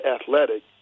athletic